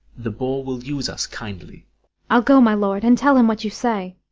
the boar will use us kindly i'll go, my lord, and tell him what you say.